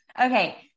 Okay